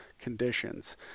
conditions